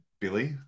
Billy